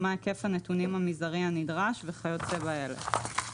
מה היקף הנתונים המזערי הנדרש וכיוצא באלה.